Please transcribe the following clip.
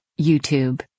YouTube